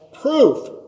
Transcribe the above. proof